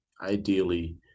ideally